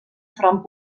front